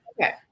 Okay